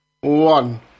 one